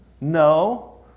No